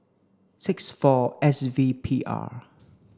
six four S V P R